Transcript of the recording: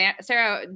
Sarah